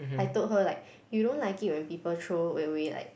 I told her like you don't like it when people throw away like